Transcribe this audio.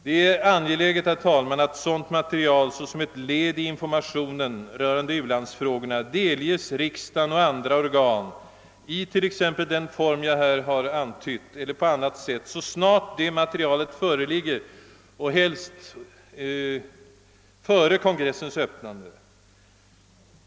Det är angeläget, herr talman, att ett sådant material såsom ett led i informationen rörande de aktuella ulandsfrågorna' delges riksdagen och andra organ i t.ex. den form jag här har antytt eller på annat sätt så snart materialet föreligger, helst före kongressens öppnande.